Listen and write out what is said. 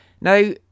Now